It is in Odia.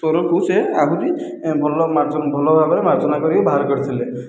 ସ୍ୱରକୁ ସେ ଆହୁରି ଭଲ ମାର୍ଜନ ଭଲ ଭାବରେ ମାର୍ଜନ କରି ବାହାର କରିଥିଲେ